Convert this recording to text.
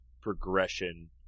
progression